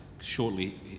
shortly